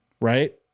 right